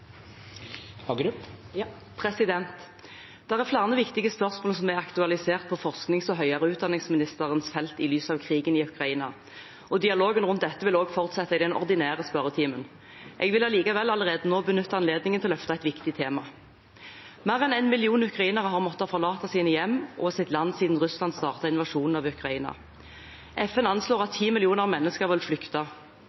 er aktualisert på forsknings- og høyere utdanningsministerens felt i lys av krigen i Ukraina, og dialogen rundt dette vil også fortsette i den ordinære spørretimen. Jeg vil likevel allerede nå benytte anledningen til å løfte et viktig tema. Mer enn en million ukrainere har måttet forlate sine hjem og sitt land siden Russland startet invasjonen av Ukraina. FN anslår at